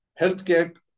healthcare